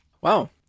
Wow